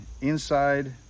inside